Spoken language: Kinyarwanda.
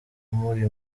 umuri